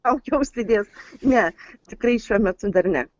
kaukę užsidės ne tikrai šiuo metu dar ne